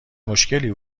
مشکلی